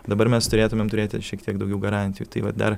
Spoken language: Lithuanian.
dabar mes turėtumėm turėti šiek tiek daugiau garantijų tai vat dar